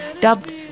Dubbed